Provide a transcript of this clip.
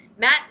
Matt